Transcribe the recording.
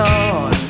on